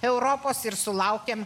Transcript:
europos ir sulaukėm